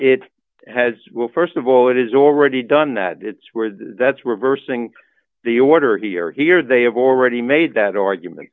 it has well st of all it is already done that it's word that's reversing the order here here they have already made that argument